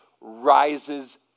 rises